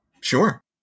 sure